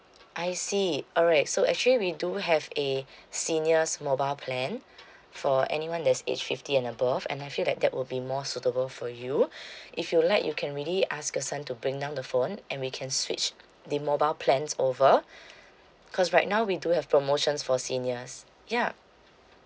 I see alright so actually we do have a senior's mobile plan for anyone that's age fifty and above and I feel like that would be more suitable for you if you like you can really ask your son to bring down the phone and we can switch the mobile plans over cause right now we do have promotions for seniors ya